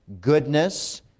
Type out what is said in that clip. goodness